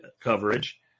coverage